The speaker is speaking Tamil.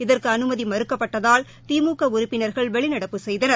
இதற்கு அனுமதி மறுக்கப்பட்டதால் திமுக உறுப்பினர்கள் வெளிநடப்பு செய்தனர்